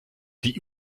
die